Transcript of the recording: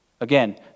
Again